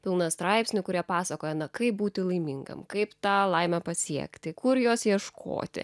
pilna straipsnių kurie pasakoja na kaip būti laimingam kaip tą laimę pasiekti kur jos ieškoti